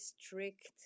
strict